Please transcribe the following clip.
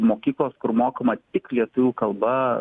mokyklos kur mokoma tik lietuvių kalba